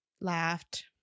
laughed